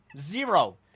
Zero